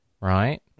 right